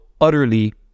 utterly